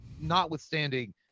notwithstanding